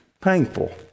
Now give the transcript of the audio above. painful